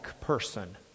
person